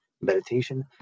meditation